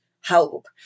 help